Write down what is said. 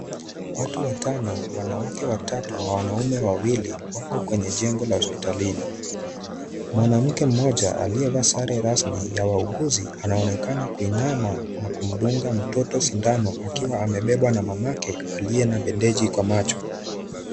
Watu watano, wanawake watatu na wanaume wawili wako kwenye jengo la hospitalini. Mwanamke mmoja aliyevaa sare rasmi ya wauguzi, anaonekana kuinama na kumdunga mtoto sindano, akiwa amebebwa na mamake aliye na bendeji kwa macho.